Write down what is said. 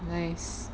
nice